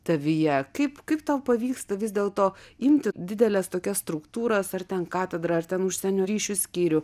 tavyje kaip kaip tau pavyksta vis dėl to imti dideles tokias struktūras ar ten katedra ar ten užsienio ryšių skyrių